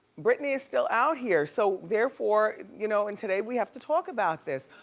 britney is still out here so therefore, you know and today, we have to talk about this.